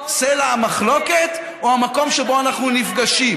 סלע המחלוקת או המקום שבו אנחנו נפגשים?